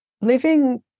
living